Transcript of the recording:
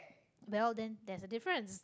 well then that's a difference